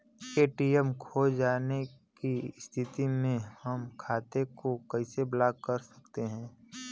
ATM खो जाने की स्थिति में हम खाते को कैसे ब्लॉक कर सकते हैं?